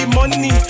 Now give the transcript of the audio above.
money